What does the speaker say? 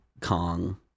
Kong